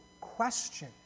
question